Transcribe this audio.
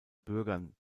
bürgern